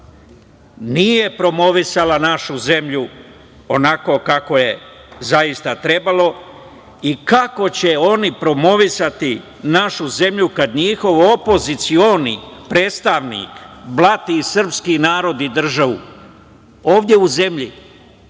nije promovisala našu zemlju onako kako je zaista trebalo i kako će oni promovisati našu zemlju, kad njihov opozicioni predstavnik blati srpski narod i državu, ovde u zemlji,